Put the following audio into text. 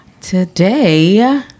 Today